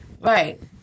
Right